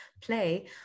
play